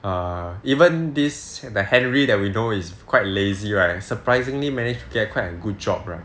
err even this the henry that we know is quite lazy right and surprisingly managed to get quite a good job right